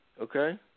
Okay